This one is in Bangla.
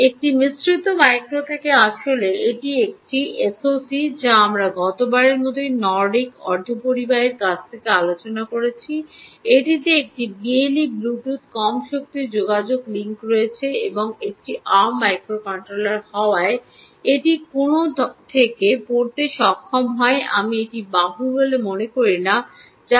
এটি মিশ্রিত মাইক্রো থেকে আসলে এটি একটি এসওসি যা আমরা গতবারের মতো নর্ডিক অর্ধপরিবাহীর কাছ থেকে আলোচনা করেছি এটিতে একটি বিএলই ব্লুটুথ কম শক্তি যোগাযোগ লিংক রয়েছে এবং এটি আর্ম মাইক্রোকন্ট্রোলার হওয়ায় এটি কোনও থেকে পড়তে সক্ষম হয় আমি এটি বাহু বলে মনে করি না